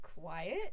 quiet